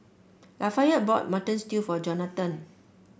Lafayette bought Mutton Stew for Johnathan